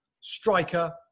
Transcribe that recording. striker